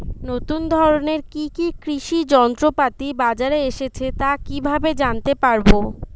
নতুন ধরনের কি কি কৃষি যন্ত্রপাতি বাজারে এসেছে তা কিভাবে জানতেপারব?